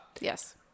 yes